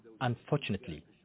Unfortunately